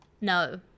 no